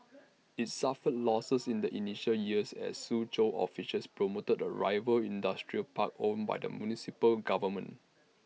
IT suffered losses in the initial years as Suzhou officials promoted A rival industrial park owned by the municipal government